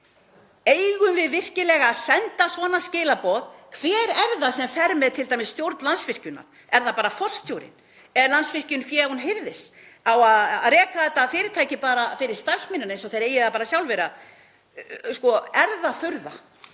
Eigum við virkilega að senda svona skilaboð? Hver er það sem fer með t.d. stjórn Landsvirkjunar? Er það bara forstjórinn? Er Landsvirkjun fé án hirðis? Á að reka þetta fyrirtæki bara fyrir starfsmennina eins og þeir eigi það bara sjálfir? Er það furða